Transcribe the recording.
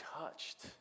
touched